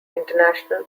international